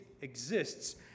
exists